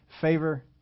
Favor